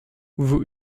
vous